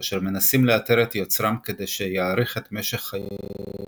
אשר מנסים לאתר את יוצרם כדי שיאריך את משך חייהם